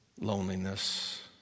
loneliness